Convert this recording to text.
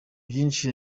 byinshi